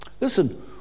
Listen